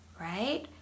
Right